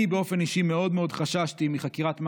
אני באופן אישי מאוד מאוד חששתי מחקירת מח"ש,